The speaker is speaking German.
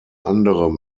anderem